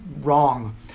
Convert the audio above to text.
wrong